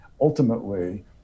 ultimately